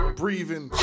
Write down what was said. breathing